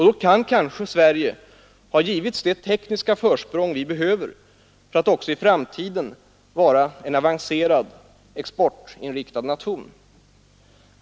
Då kan kanske Sverige ha givits det tekniska försprång vi behöver för att också i framtiden vara en avancerad exportinriktad nation.